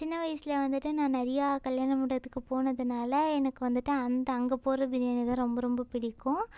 சின்ன வயசில் வந்துட்டு நான் நிறையா கல்யாணமண்டபத்துக்கு போனதனால எனக்கு வந்துட்டு அந்த அங்கே போடுகிற பிரியாணி தான் ரொம்ப ரொம்ப பிடிக்கும்